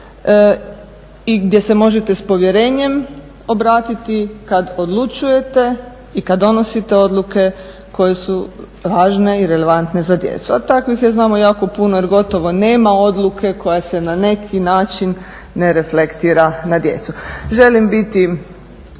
i gdje se možete s povjerenjem obratiti kad odlučujete i kad donosite odluke koje su važne i relevantne za djecu, a takvih je znamo jako puno jer gotovo nema odluke koja se na neki način ne reflektira na djecu. Želim biti